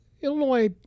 Illinois